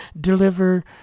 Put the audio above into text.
deliver